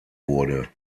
wurde